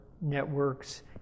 networks